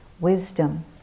wisdom